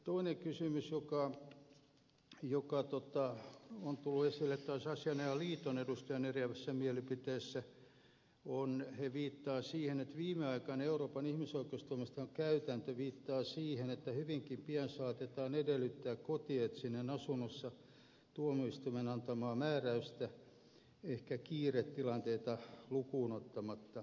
toinen kysymys joka on tullut esille taas asianajajaliiton edustajien eriävässä mielipiteessä kun he viittaavat siihen että viimeaikainen euroopan ihmisoikeustuomioistuimen käytäntö viittaa siihen että hyvinkin pian saatetaan edellyttää kotietsintään asunnossa tuomioistuimen antamaa määräystä ehkä kiiretilanteita lukuun ottamatta